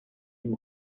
ийм